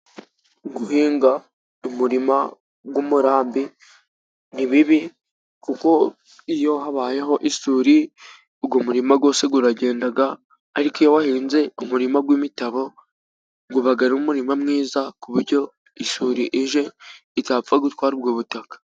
Guhinga umurima w'umurambi ni bibi，kuko iyo habayeho isuri uwo muririma wose uragenda， ariko iyo wahinze umurima w'imitabo uba ari umurima mwiza ku buryo isuri ije，itapfa gutwara ubwo butaka.